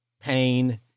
pain